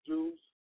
Juice